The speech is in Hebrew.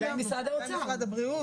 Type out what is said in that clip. זה לא אומר שרופאים חושבים בתצורה הזאת.